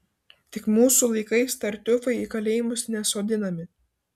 tik mūsų laikais tartiufai į kalėjimus nesodinami